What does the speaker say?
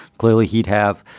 clearly, he'd have,